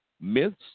myths